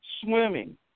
swimming